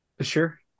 Sure